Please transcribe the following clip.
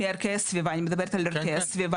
מערכי הסביבה, אני מדברת על ערכי הסביבה.